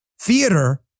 theater